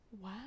Wow